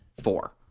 four